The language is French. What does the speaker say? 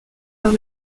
par